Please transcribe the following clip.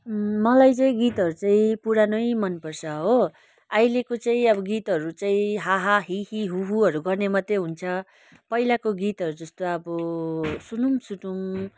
मलाई चाहिँ गीतहरू चाहिँ पुरानै मन पर्छ हो अहिलेको चाहिँ अब गीतहरू चाहिँ हा हा हि हि हु हुहरू गर्ने मात्रै हुन्छ पहिलाको गीतहरू जस्तो अब सुनौँ सुनौँ